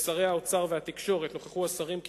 לשר האוצר ולשר התקשורת נוכחו השרים כי